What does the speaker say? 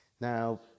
Now